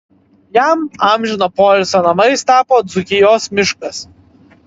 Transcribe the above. jam amžino poilsio namais tapo dzūkijos miškas